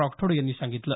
राठोड यांनी सांगितलं